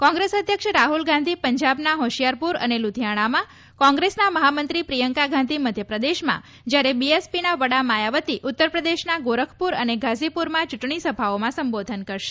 કોંગ્રેસ અધ્યક્ષ રાહ઼લ ગાંધી પંજાબના હોશિયારપુર અને લુધિયાણામાં કોંગ્રેસના મહામંત્રી પ્રિયંકા ગાંધી મધ્યપ્રદેશમાં જ્યારે બીએસપીના વડા માયાવતી ઉત્તરપ્રદેશના ગોરખપુર અને ગાઝીપુરમાં ચ્રંટણી સભાઓમાં સંબોધન કરશે